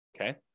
okay